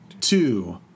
two